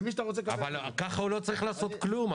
למי שאתה רוצה --- אבל ככה הוא לא צריך לעשות כלום,